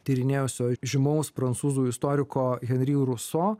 tyrinėjusio žymaus prancūzų istoriko henri ruso